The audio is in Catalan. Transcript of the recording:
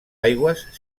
aigües